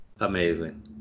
Amazing